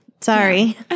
Sorry